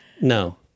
No